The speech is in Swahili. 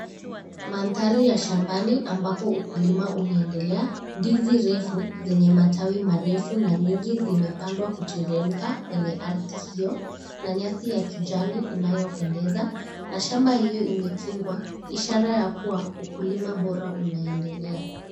Mandhari ya shambani ambapo ukulima unaendelea ndizi refu zenye matawi marefu na nyingi zimepandwa kuteremka kwenye ardhi hiyo na nyasi ya kijani inayopendeza na shamba hiyo imekingwa ishara ya kua ukulima bora unaendelea.